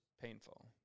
painful